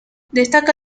destaca